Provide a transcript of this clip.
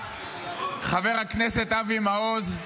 חבר הכנסת אבי מעוז,